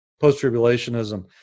post-tribulationism